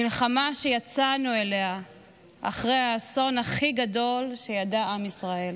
מלחמה שיצאנו אליה אחרי האסון הכי גדול שידע עם ישראל.